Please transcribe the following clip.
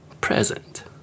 present